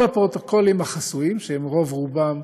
כל הפרוטוקולים החסויים, שהם רוב-רובם